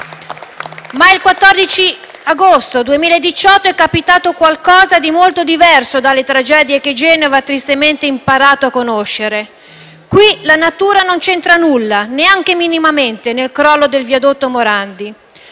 Ma il 14 agosto 2018 è capitato qualcosa di molto diverso dalle tragedie che Genova tristemente ha imparato a conoscere. Qui la natura non c’entra nulla, neanche minimamente, nel crollo del viadotto Morandi.